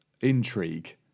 intrigue